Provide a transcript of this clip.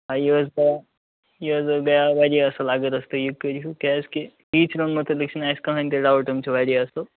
ہے یہِ حظ یہِ یہِ حظ گٔیاے واریاہ اَصٕل اَگر حظ تُہۍ یہِ کٔرۍہوٗ کیٛازِکہِ ٹیٖچرَن مُتعلِق چھُنہٕ اَسہِ کٕہٕنٛے تہِ ڈاوُٹ یِم چھِ واریاہ اَصٕل